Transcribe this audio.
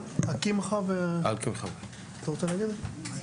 טוב,